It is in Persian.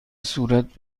صورت